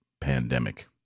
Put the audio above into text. pandemic